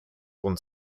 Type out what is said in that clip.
und